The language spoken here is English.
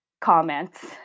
comments